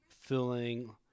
filling